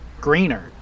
greener